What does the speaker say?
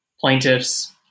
plaintiffs